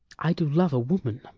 i do love a woman.